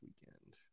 weekend